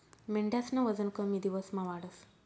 मेंढ्यास्नं वजन कमी दिवसमा वाढस